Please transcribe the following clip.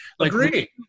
Agree